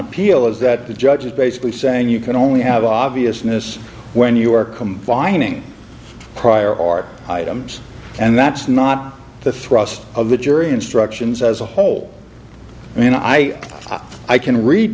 appeal is that the judge is basically saying you can only have obviousness when you're combining prior art items and that's not the thrust of the jury instructions as a whole i mean i i can read